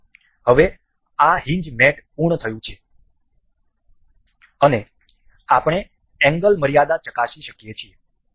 તેથી હવે આ હિંજ મેટ પૂર્ણ થયું છે અને આપણે એંગલ મર્યાદા ચકાસી શકીએ છીએ